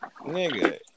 nigga